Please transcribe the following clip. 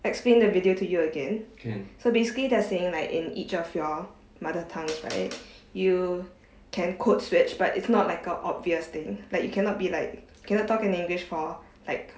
explain the video to you again so basically they're saying like in each of your mother tongues right you can code switch but it's not like a obvious thing like you cannot be like cannot talk in english for like